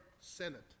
Senate